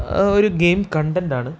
ഒരു ഗെയിം കണ്ടെൻന്റാണ്